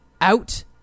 out